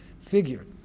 figure